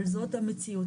אבל זאת המציאות.